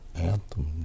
anthem